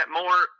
more